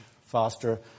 faster